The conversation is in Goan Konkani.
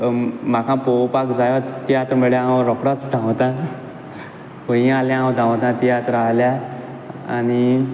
म्हाका पोवपाक जायोच तियात्र म्हळ्यार हांव रोखडोच धांवतां खयींय आहल्यार हांव धांवता तियात्र आहल्यार आनी